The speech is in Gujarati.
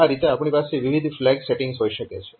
આ રીતે આપણી પાસે વિવિધ ફ્લેગ સેટીંગ્સ હોઈ શકે છે